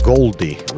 Goldie